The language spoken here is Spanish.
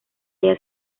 haya